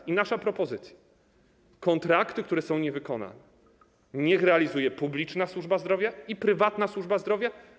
I nasza propozycja: niech kontrakty, które są niewykonane, realizuje publiczna służba zdrowia i prywatna służba zdrowia.